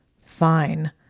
Fine